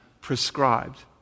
prescribed